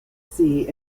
sea